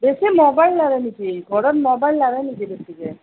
বেছি ম'বাইল লাগে নেকি ঘৰত ম'বাইল লাগে নেকি বেছিকৈ